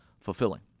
fulfilling